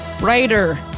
writer